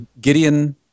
Gideon